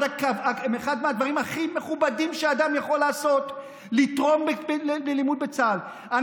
אתה חייב